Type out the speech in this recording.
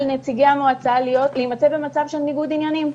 נציגי המועצה להימצא במצב של ניגוד עניינים.